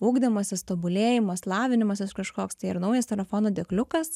ugdymasis tobulėjimas lavinimasis kažkoks tai ar naujas telefono dėkliukas